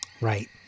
Right